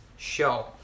show